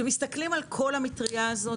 כשמסתכלים על כל המטריה הזאת,